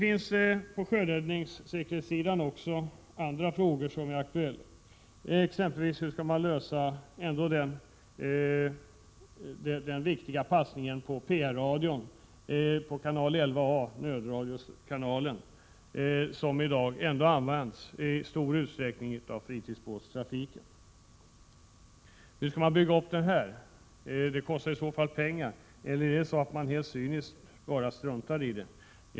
Också på sjöräddningsoch sjösäkerhetssidan aktualiseras olika frågor i detta sammanhang. Hur skall man exempelvis ordna med den viktiga passningen av nödradiokanalen, kanal 11 A på PR-radion, som i dag i stor utsträckning används i fritidsbåtstrafiken? Uppbyggnaden härav kommer att kosta pengar. Eller är det så att man helt enkelt struntar i detta?